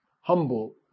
Humble